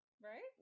Right